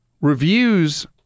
Reviews